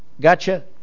Gotcha